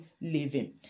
living